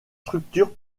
structures